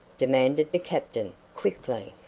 demanded the captain, quickly.